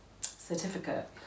certificate